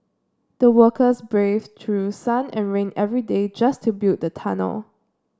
the workers braved through sun and rain every day just to build the tunnel